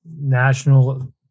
national